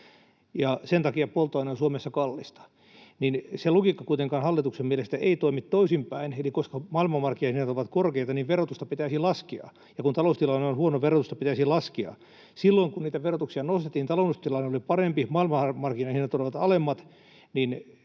sen takia polttoaine on Suomessa kallista, mutta se logiikka ei kuitenkaan hallituksen mielestä toimi toisinpäin eli niin, että koska maailmanmarkkinahinnat ovat korkeita, niin verotusta pitäisi laskea, ja kun taloustilanne on huono, verotusta pitäisi laskea. Silloin kun niitä verotuksia nostettiin, taloustilanne oli parempi ja maailmanmarkkinahinnat olivat alemmat.